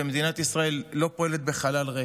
ומדינת ישראל לא פועלת בחלל ריק,